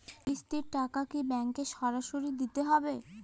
কিস্তির টাকা কি ব্যাঙ্কে সরাসরি দিতে হবে?